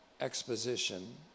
exposition